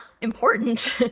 important